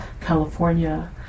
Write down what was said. California